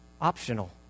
Optional